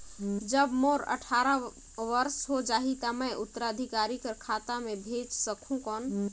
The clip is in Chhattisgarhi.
जब मोर अट्ठारह वर्ष हो जाहि ता मैं उत्तराधिकारी कर खाता मे भेज सकहुं कौन?